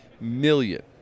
million